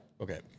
Okay